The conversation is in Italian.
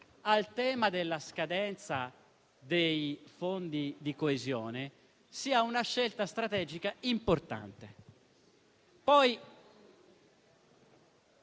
a quello della scadenza dei fondi di coesione sia una scelta strategica importante.